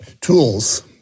tools